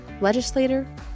legislator